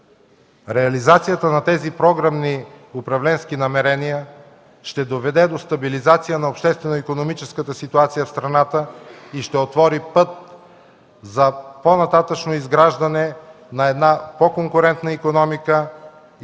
реализацията на тези програмни управленски намерения ще доведе до стабилизация на обществено-икономическата ситуация в страната и ще отвори път за по-нататъшно изграждане на една по-конкурентна икономика и по-солидни